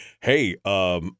Hey